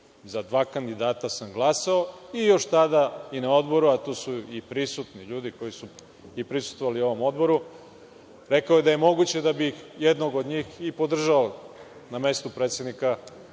za dva kandidata sam glasao i još tada i na Odboru, a tu su i prisutni ljudi koji su prisustvovali ovom Odboru, rekao da je moguće da bih jednog od njih i podržao na mestu predsednika Komisije